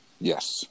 Yes